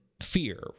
fear